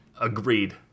Agreed